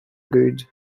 good